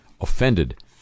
offended